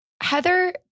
Heather